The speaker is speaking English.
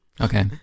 Okay